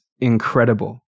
incredible